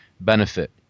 benefit